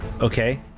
Okay